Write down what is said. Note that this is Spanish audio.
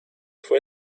fue